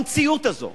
במציאות הזו